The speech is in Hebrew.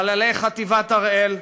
חללי חטיבת הראל,